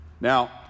Now